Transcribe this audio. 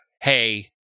hey